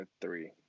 three